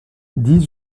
dix